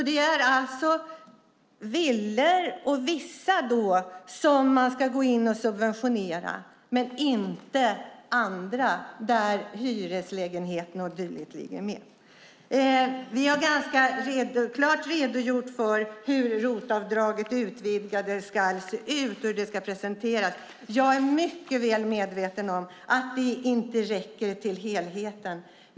Det är alltså villor och vissa andra man ska subventionera, men inte hyreslägenheter och dylikt. Vi har redogjort ganska klart för hur det utvidgade ROT-avdraget ska se ut och presenteras. Jag är mycket väl medveten om att det inte räcker till helheten.